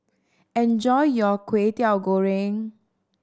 enjoy your Kwetiau Goreng